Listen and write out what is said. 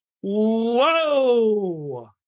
Whoa